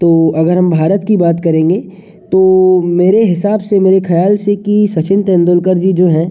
तो अगर हम भारत की बात करेंगे तो मेरे हिंसाब से मेरे ख्याल से कि सचिन तेंदुलकर जी जो हैं